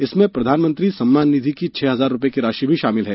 इसमें प्रधानमंत्री सम्मान निधि की छह हजार रुपये की राशि भी शामिल है